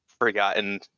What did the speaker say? forgotten